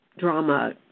drama